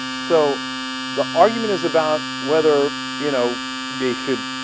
so the argument is about weather you know they should